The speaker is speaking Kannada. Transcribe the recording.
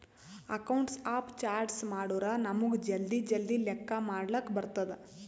ಅಕೌಂಟ್ಸ್ ಆಫ್ ಚಾರ್ಟ್ಸ್ ಮಾಡುರ್ ನಮುಗ್ ಜಲ್ದಿ ಜಲ್ದಿ ಲೆಕ್ಕಾ ಮಾಡ್ಲಕ್ ಬರ್ತುದ್